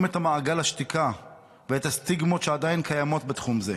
את מעגל השתיקה ואת הסטיגמות שעדיין קיימות בתחום זה.